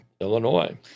Illinois